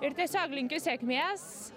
ir tiesiog linkiu sėkmės